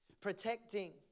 protecting